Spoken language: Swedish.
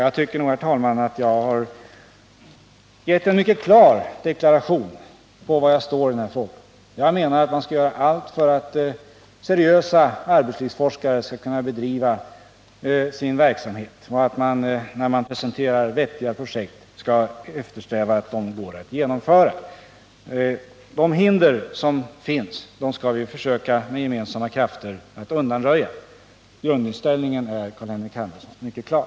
Jag tycker, herr talman, att jag har avgett en mycket klar deklaration om var jag står i denna fråga. Jag menar att man skall göra allt för att seriösa arbetslivsforskare skall kunna bedriva sin verksamhet och att man, när vettiga projekt presenteras, skall eftersträva att de kan genomföras. De hinder som finns skall vi med gemensamma krafter försöka att undanröja. Grundinställningen är, Carl-Henrik Hermansson, mycket klar.